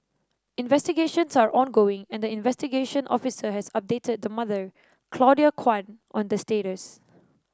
investigations are ongoing and the investigation officer has updated the mother Claudia Kwan on the status